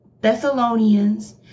Thessalonians